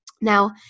Now